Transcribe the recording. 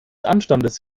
anstandes